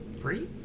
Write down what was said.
Free